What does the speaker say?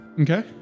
Okay